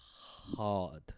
hard